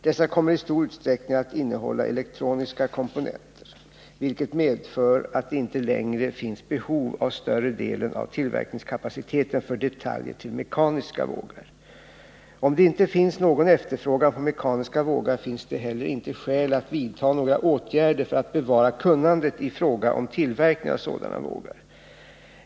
Dessa kommer i stor utsträckning att innehålla elektroniska komponenter, vilket medför att det inte längre finns behov av större delen av tillverkningskapaciteten för detaljer till mekaniska vågar. Om det inte finns någon efterfrågan på mekaniska vågar finns det heller inte skäl att vidta några åtgärder för att bevara kunnandet i fråga om tillverkning av sådana vågar.